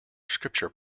scripture